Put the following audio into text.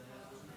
בבקשה.